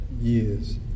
years